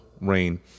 Rain